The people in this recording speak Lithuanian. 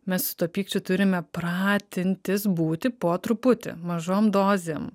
mes su tuo pykčiu turime pratintis būti po truputį mažom dozėm